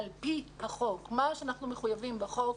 מה שאנחנו מחויבים בחוק,